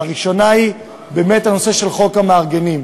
הראשונה היא באמת הנושא של חוק המארגנים,